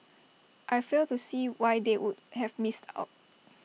I fail to see why they would have missed out